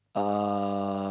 uh